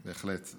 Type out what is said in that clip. בהחלט.